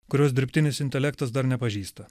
kurios dirbtinis intelektas dar nepažįsta